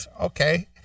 Okay